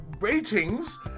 ratings